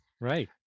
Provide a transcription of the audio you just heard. right